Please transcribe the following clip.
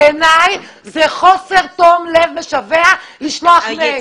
בעיניי זה חוסר תום לב משווע לשלוח מייל.